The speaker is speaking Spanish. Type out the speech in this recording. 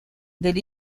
del